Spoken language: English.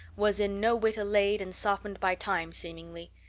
was in no whit allayed and softened by time seemingly.